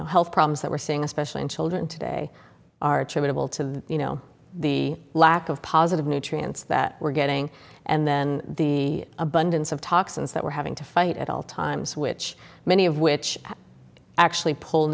know health problems that we're seeing especially in children today are attributable to you know the lack of positive nutrients that we're getting and then the abundance of toxins that we're having to fight at all times which many of which actually pull